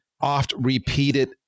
oft-repeated